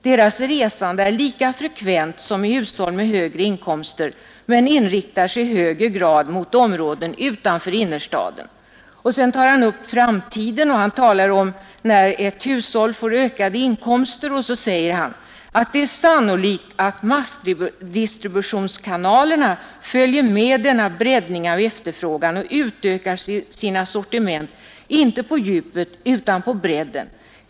Deras resande är lika frekvent som i hushåll med högre inkomster men inriktar sig i högre grad mot områden utanför innerstaden.” Sedan tar han upp framtiden och talar om vad som händer när ett hushåll får ökade inkomster: ”Det är sannolikt att massdistributionskanalerna följer med denna breddning av efterfrågan och utökar sina sortiment inte på djupet utan på bredden.